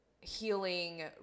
healing